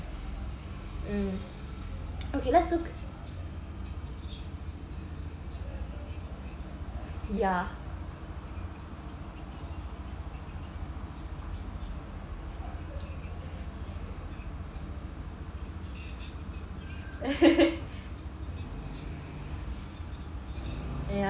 mm okay let's look yeah